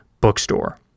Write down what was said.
bookstore